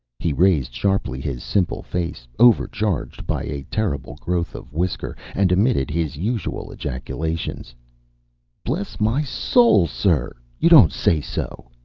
he raised sharply his simple face, overcharged by a terrible growth of whisker, and emitted his usual ejaculations bless my soul, sir! you don't say so!